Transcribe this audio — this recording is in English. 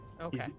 Okay